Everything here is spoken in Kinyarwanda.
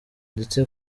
ndetse